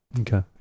Okay